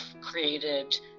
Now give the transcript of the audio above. created